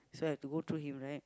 so I have to go through him right